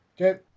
Okay